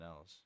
else